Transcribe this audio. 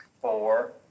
four